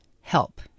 Help